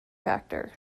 factor